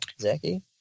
Zachy